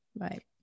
Right